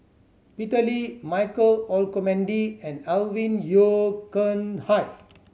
Peter Lee Michael Olcomendy and Alvin Yeo Khirn Hai